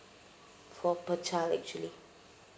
for per child actually